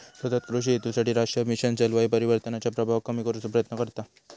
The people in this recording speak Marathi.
सतत कृषि हेतूसाठी राष्ट्रीय मिशन जलवायू परिवर्तनाच्या प्रभावाक कमी करुचो प्रयत्न करता